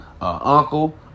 uncle